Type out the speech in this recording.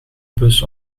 bus